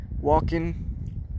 walking